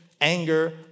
anger